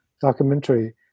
documentary